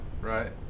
right